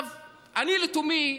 אני לתומי,